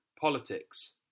politics